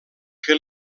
que